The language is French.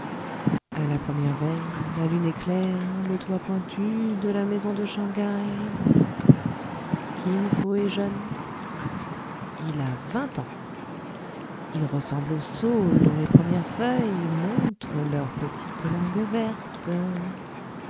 a la première veille la lune éclaire le toit pointu de la maison de shang haï kin fo est jeune il a vingt ans il ressemble au saule dont les premières feuilles montrent leur petite langue verte